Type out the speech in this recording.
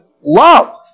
love